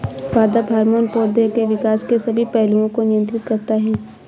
पादप हार्मोन पौधे के विकास के सभी पहलुओं को नियंत्रित करते हैं